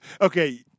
okay